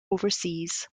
overseas